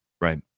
Right